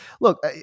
Look